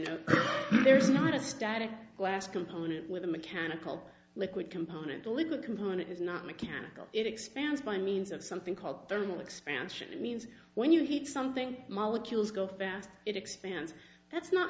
no there is not a static class component with a mechanical liquid component the liquid component is not mechanical it expands by means of something called thermal expansion it means when you heat something molecules go fast it expands that's not